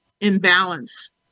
imbalance